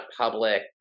public